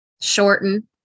shorten